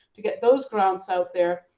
to get those grants out there.